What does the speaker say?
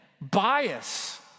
bias